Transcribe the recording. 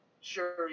sure